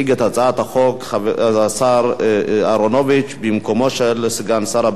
הצעת החוק עוברת לדיון בוועדת העבודה,